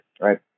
right